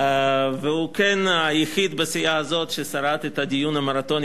והוא כן היחיד בסיעה הזאת ששרד את הדיון "המרתוני